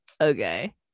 okay